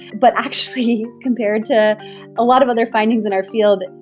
but actually, compared to a lot of other findings in our field,